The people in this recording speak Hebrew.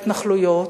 ההתנחלויות,